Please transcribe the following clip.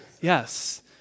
Yes